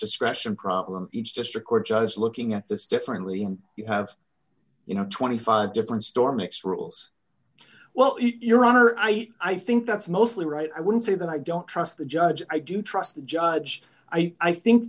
discretion problem each district court judge looking at this differently and you have you know twenty five different store makes rules well your honor i i think that's mostly right i wouldn't say that i don't trust the judge i do trust the judge i think